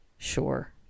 Sure